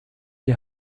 die